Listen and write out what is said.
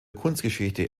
kunstgeschichte